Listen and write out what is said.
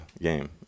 game